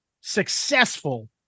successful